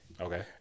Okay